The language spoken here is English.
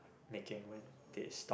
making when they stop